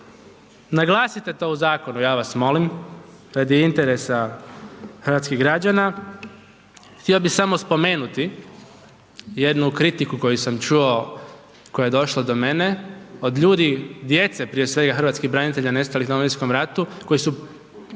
naglasite to u zakonu ja vas molim radi interesa hrvatskih građana. Htio bih samo spomenuti jednu kritiku koju sam čuo koja je došla do mene od ljudi, djece prije svega Hrvatskih branitelja nestalih u Domovinskom ratu koji su